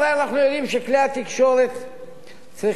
הרי אנחנו יודעים שכלי התקשורת צריכים